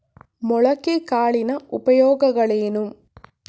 ಮೊಳಕೆ ಕಾಳಿನ ಉಪಯೋಗಗಳೇನು?